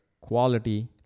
quality